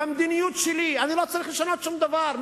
במדיניות שלי אני לא צריך לשנות שום דבר,